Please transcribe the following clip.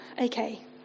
okay